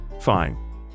Fine